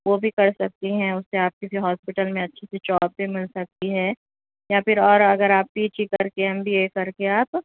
وہ بھی کر سکتی ہیں اس سے آپ کسی ہاسپٹل میں اچھی سی جاب بھی مل سکتی ہے یا پھر اور اگر آپ پی جی کر کے ایم بی اے کر کے آپ